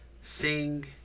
Sing